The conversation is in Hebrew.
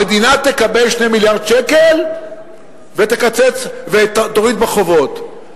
המדינה תקבל 2 מיליארד שקל ותוריד בחובות.